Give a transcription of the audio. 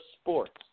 sports